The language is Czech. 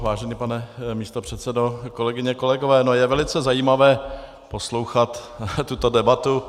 Vážený pane místopředsedo, kolegyně, kolegové, je velice zajímavé poslouchat tuto debatu.